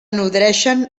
nodreixen